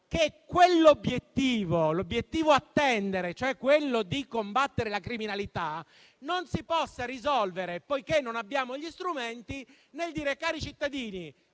che l'obiettivo a cui tendere, cioè quello di combattere la criminalità, non si possa risolvere, poiché non abbiamo gli strumenti, nel dire: cari cittadini,